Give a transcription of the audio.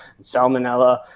salmonella